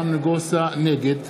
נגד